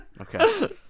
Okay